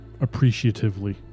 appreciatively